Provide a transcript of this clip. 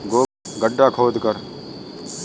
गोबर की खाद को घर पर कैसे बनाएँ?